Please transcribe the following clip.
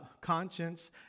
conscience